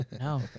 No